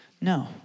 No